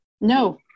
no